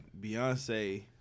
Beyonce